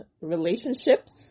relationships